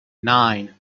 nine